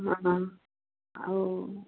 ହଁ ଆଉ